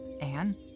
Anne